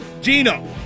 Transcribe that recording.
Gino